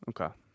Okay